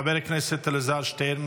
חבר הכנסת אלעזר שטרן,